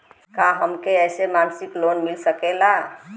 का हमके ऐसे मासिक लोन मिल सकेला?